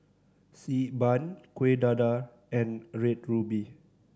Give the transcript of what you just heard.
Xi Ban Kueh Dadar and Red Ruby